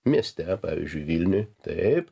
mieste pavyzdžiui vilniuj taip